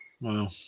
Wow